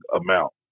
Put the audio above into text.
amount